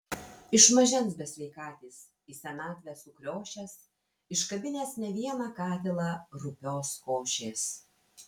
iš mažens besveikatis į senatvę sukriošęs iškabinęs ne vieną katilą rupios košės